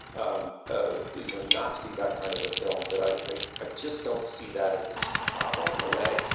um ah you know, not to be that kind of a film that i i i just don't see that as its problem in a way.